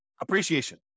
appreciation